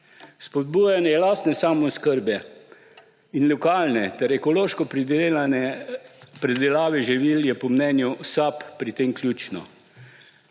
Spodbujanje lastne samooskrbe in lokalne ter ekološko pridelane pridelave živil je po mnenju SAB pri tem ključno.